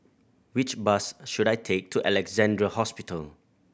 which bus should I take to Alexandra Hospital